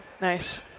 nice